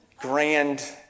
grand